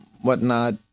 whatnot